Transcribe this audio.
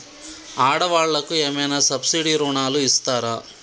ఆడ వాళ్ళకు ఏమైనా సబ్సిడీ రుణాలు ఇస్తారా?